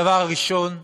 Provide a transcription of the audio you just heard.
הדבר הראשון,